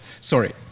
sorry